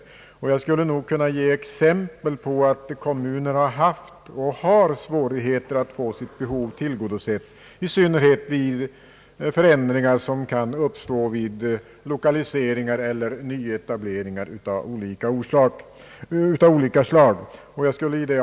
Jag skulle — om det vore av speciellt intresse — kunna ge exempel på att kommuner haft och har svårigheter att få sina behov tillgodosedda, i synnerhet vid förändringar i samband med lokaliseringar eller nyetableringar av olika slag.